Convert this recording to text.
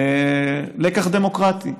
לקח דמוקרטי,